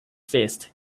fist